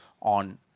on